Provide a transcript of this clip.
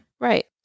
Right